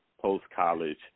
post-college